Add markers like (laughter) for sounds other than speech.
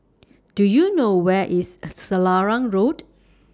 Do YOU know Where IS (noise) Selarang Road